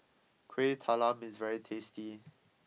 Kueh Talam is very tasty